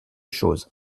chose